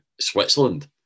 Switzerland